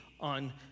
on